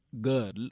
girl